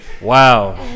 Wow